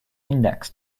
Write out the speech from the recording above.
index